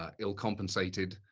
ah ill compensated.